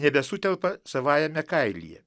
nebesutelpa savajame kailyje